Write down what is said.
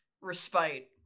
respite